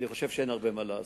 ואני חושב שאין הרבה מה לעשות.